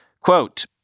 Quote